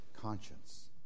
conscience